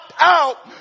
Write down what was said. out